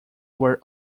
were